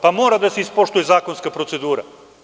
Pa, mora da se ispoštuje zakonska procedura.